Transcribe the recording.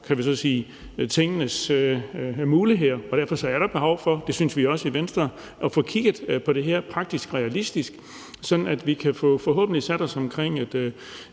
tingene, og derfor er der behov for, og det synes vi også i Venstre, at få kigget på det her praktisk og realistisk, sådan at vi forhåbentlig kan få sat os omkring